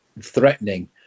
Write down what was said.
threatening